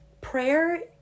prayer